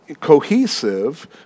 cohesive